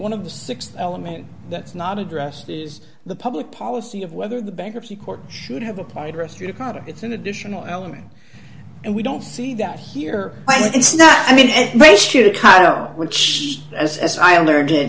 one of the six element that's not addressed is the public policy of whether the bankruptcy court should have applied rescue the product it's an additional element and we don't see that here it's not i mean they shoot a car which as i learned it